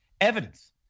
evidence